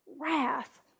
wrath